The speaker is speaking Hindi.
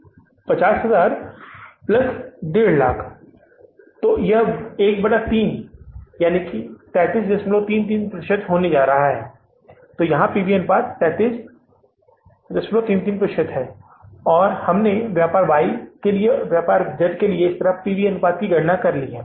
यह 50000 150000 होगा इसलिए यह 13 होने वाला है या आप इसे 33 और 13 प्रतिशत के रूप में कह सकते हैं 33 और 1 को 3 प्रतिशत पी वी अनुपात है तो हमने Y व्यापार के लिए और Z व्यापार के लिए गणना की है